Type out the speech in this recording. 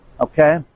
okay